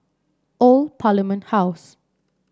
Old Parliament House